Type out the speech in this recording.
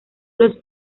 los